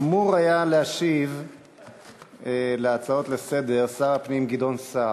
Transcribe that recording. אמור היה להשיב להצעות לסדר-היום שר הפנים גדעון סער.